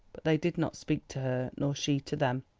but they did not speak to her, nor she to them.